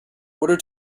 order